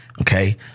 okay